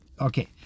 Okay